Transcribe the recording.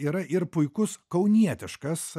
yra ir puikus kaunietiškas